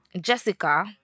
Jessica